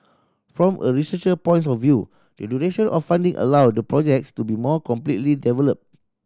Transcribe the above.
from a researcher points of view the duration of funding allow the projects to be more completely developed